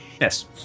yes